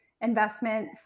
investment